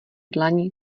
dlani